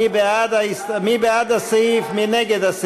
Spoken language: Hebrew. מיכל בירן,